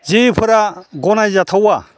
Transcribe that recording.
जेफोरा गनाय जाथावा